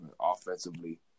offensively